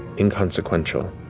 inconsequential,